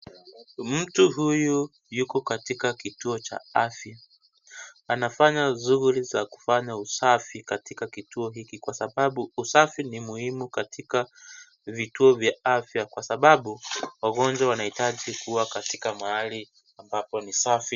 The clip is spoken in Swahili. Mtu huyu yuko katiak kituo cha afya anafanya shughuli za kufanya usafi katika kituo cha hiki kwa sababu usafi ni muhimu katika vituo vya afya kwa sababu wagonjwa wanahitaji kuwa katika mahali ambapo. ni safi